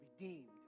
redeemed